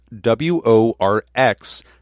W-O-R-X